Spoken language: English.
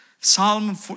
Psalm